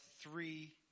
three